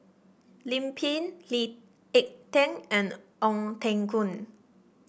Lim Pin Lee Ek Tieng and Ong Teng Koon